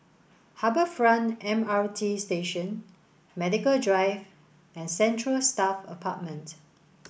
Harbour Front M R T Station Medical Drive and Central Staff Apartment